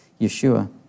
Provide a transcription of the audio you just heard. Yeshua